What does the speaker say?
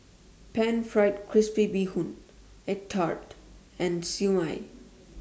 Pan Fried Crispy Bee Hoon Egg Tart and Siew Mai